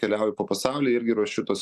keliauju po pasaulį irgi ruošiu tuos